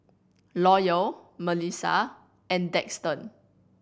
Loyal Milissa and Daxton